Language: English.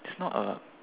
it's not a